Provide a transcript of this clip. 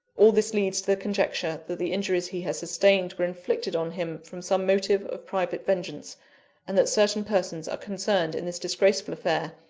all this leads to the conjecture that the injuries he has sustained were inflicted on him from some motive of private vengeance and that certain persons are concerned in this disgraceful affair,